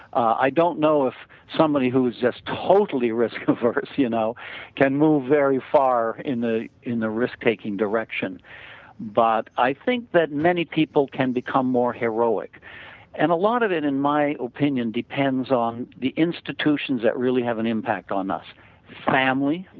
i don't know if somebody who is just totally risk averse you know can move very far in the in the risk taking direction but i think that many people can become more heroic and a lot of it in my opinion depends on the institutions that really have an impact on us family,